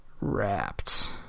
Wrapped